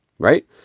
right